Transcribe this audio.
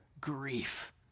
grief